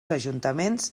ajuntaments